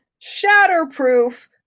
shatterproof